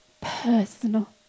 personal